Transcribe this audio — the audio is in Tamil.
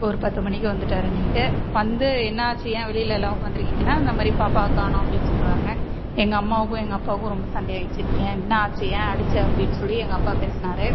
ஒரு பத்து மணிக்கு வந்துவிட்டாரு நைட்டு வந்து என்னாச்சு ஏன் வெளியில் எல்லா உக்காந்துருக்கீங்கனா இந்த மாதிரி பாப்பாவை காணும் அப்படினு சொல்லுறாங்க எங்கள் அம்மாவுக்கும் எங்கள் அப்பாவுக்கும் ரொம்ப சண்டையாயிடுச்சு நீ ஏன் என்ன ஆச்சு ஏன் அடிச்ச அப்படினு சொல்லி எங்கள் அப்பா பேசுனாரு